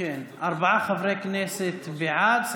ארבעה חברי כנסת בעד.